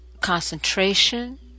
concentration